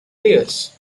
years